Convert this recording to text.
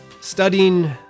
studying